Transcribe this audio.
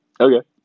Okay